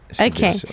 Okay